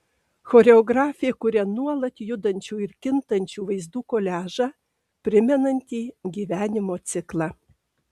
choreografė kuria nuolat judančių ir kintančių vaizdų koliažą primenantį gyvenimo ciklą